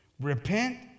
Repent